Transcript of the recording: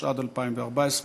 התשע"ד 2014,